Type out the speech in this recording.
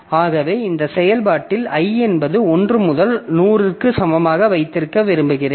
ஆகவே இந்த செயல்பாட்டில் i என்பது 1 முதல் 100 க்கு சமமாக வைத்திருக்க விரும்புகிறேன்